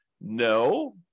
No